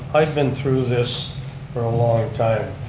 i've been through this for a long time.